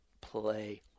play